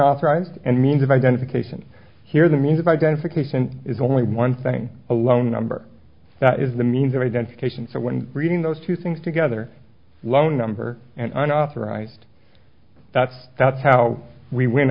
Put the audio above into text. authorized and means of identification here the means of identification is only one thing a low number that is the means of identification so when reading those two things together low number and an authorized that's that's how we w